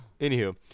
anywho